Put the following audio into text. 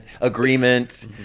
agreement